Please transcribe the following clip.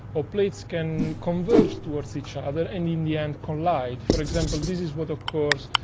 or plates can converge towards each other and in the end collide. for example, this is what of cause.